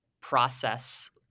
process